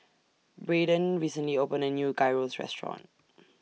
Braeden recently opened A New Gyros Restaurant